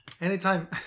Anytime